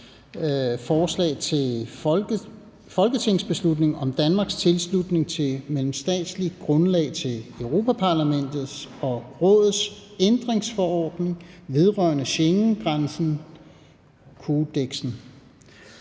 Forslag til folketingsbeslutning om Danmarks tilslutning på mellemstatsligt grundlag til Europa-Parlamentets og Rådets ændringsforordning vedrørende Schengengrænsekodeksen.